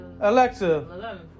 Alexa